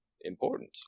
important